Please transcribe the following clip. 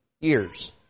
years